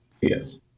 Yes